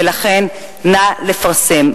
ולכן, נא לפרסם.